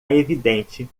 evidente